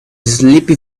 sleepy